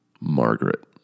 Margaret